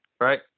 right